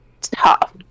tough